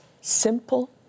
simple